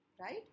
right